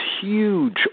huge